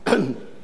הצעת החוק